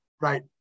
Right